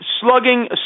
Slugging